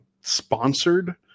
sponsored